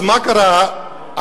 אז מה קרה עכשיו?